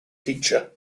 teacher